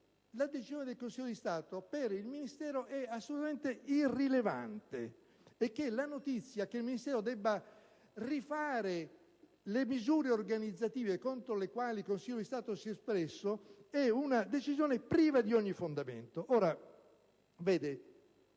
la decisione del Consiglio di Stato per il Ministero è assolutamente irrilevante e che la notizia che il Ministero debba rifare le misure organizzative contro le quali il Consiglio di Stato si è espresso è una decisione priva di ogni fondamento.